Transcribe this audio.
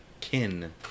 kin